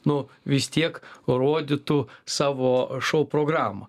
nu vis tiek rodytų savo šou programą